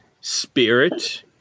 spirit